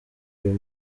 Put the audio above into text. uyu